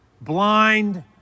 Blind